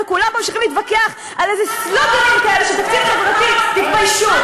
וכולם ממשיכים להתווכח על איזה סלוגנים כאלה של "תקציב חברתי" תתביישו,